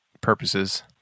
purposes